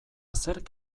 zerk